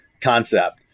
concept